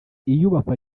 iyubakwa